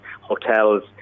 hotels